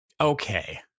okay